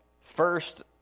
first